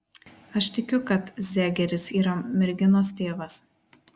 aš tikiu kad zegeris yra merginos tėvas